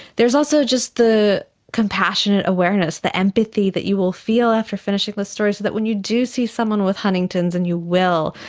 there is also just the compassionate awareness, the empathy that you will feel after finishing this story, so that when you do see someone with huntington's, and you will,